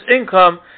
income